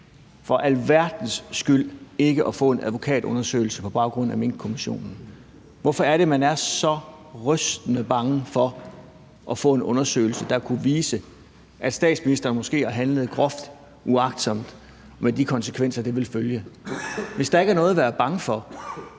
for alt i verden – ikke at få en advokatundersøgelse på baggrund af Minkkommissionen? Hvorfor er det, at man er så rystende bange for at få en undersøgelse, der kunne vise, at statsministeren måske har handlet groft uagtsomt, med de konsekvenser, der vil følge? Hvis der ikke er noget at være bange for,